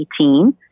2018